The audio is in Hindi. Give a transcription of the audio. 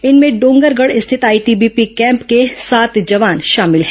इनमें डोंगरगढ़ स्थित आईटीबीपी कैम्प के सात जवान शामिल हैं